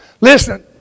Listen